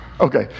Okay